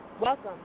Welcome